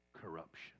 corruption